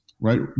right